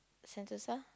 Sentosa